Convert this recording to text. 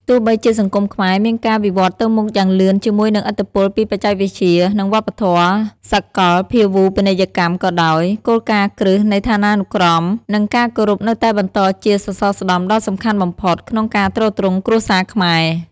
ទោះបីជាសង្គមខ្មែរមានការវិវឌ្ឍន៍ទៅមុខយ៉ាងលឿនជាមួយនឹងឥទ្ធិពលពីបច្ចេកវិទ្យា និងវប្បធម៌សាកលភាវូបនីយកម្មក៏ដោយ គោលការណ៍គ្រឹះនៃឋានានុក្រម និងការគោរពនៅតែបន្តជាសសរស្តម្ភដ៏សំខាន់បំផុត ក្នុងការទ្រទ្រង់គ្រួសារខ្មែរ។